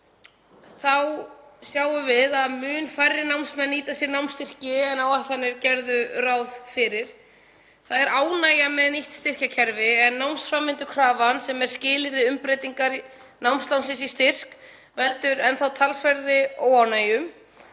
þá sjáum við að mun færri námsmenn nýta sér námsstyrki en áætlanir gerðu ráð fyrir. Það er ánægja með nýtt styrkjakerfi en námsframvindukrafan sem er skilyrði umbreytingar námslánsins í styrk veldur talsverðri óánægju.